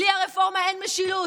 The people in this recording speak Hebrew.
בלי הרפורמה אין משילות,